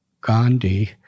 Gandhi